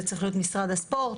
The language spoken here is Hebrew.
זה צריך להיות משרד הספורט,